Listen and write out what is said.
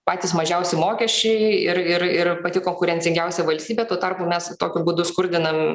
patys mažiausi mokesčiai ir ir ir pati konkurencingiausia valstybė tuo tarpu mes tokiu būdu skurdinam